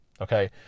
okay